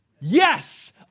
yes